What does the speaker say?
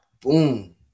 Boom